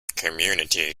community